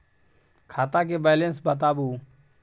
खाता के बैलेंस बताबू?